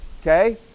Okay